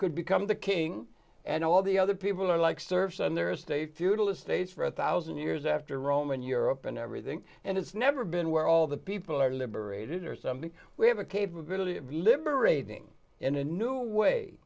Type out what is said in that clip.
could become the king and all the other people are like service and their estate feudal estates for a one thousand years after rome and europe and everything and it's never been where all the people are liberated or something we have a capability of liberating in a new way